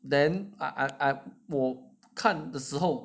then I I I 我看的时候